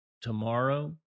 tomorrow